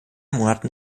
monaten